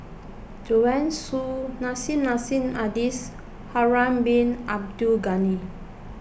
Joanne Soo Nissim Nassim Adis Harun Bin Abdul Ghani